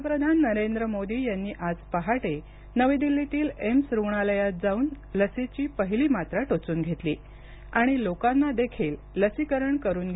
पंतप्रधान नरेंद्र मोदी यांनी आज पहाटे नवी दिल्लीतील एम्स रुग्णालयात जाऊन लसीची पहिली मात्रा टोचून घेतली आणि लोकांना देखील लसीकरण करुन घेण्याचं आवाहन केलं आहे